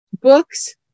books